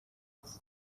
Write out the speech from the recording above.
است